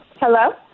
Hello